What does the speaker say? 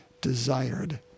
desired